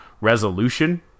resolution